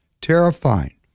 Terrifying